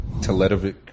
Teletovic